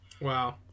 wow